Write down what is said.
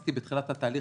בקפסיטי בתחילת התהליך.